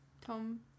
Tom